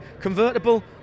convertible